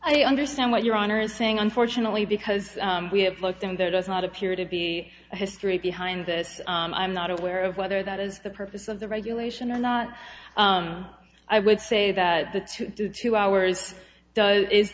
i understand what your honor is saying unfortunately because we have looked and there does not appear to be a history behind this i'm not aware of whether that is the purpose of the regulation or not i would say that the two to two hours does i